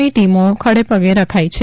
ની ટીમો ખડેપગે રખાઈ છે